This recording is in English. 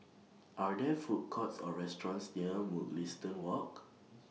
Are There Food Courts Or restaurants near Mugliston Walk